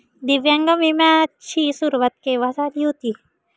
दिव्यांग विम्या ची सुरुवात केव्हा झाली होती?